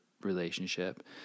relationship